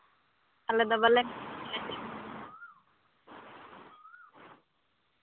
ᱟᱞᱮ ᱫᱚ ᱵᱟᱞᱮ ᱢᱮᱱᱟ ᱪᱮᱫ ᱦᱚᱸ